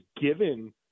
given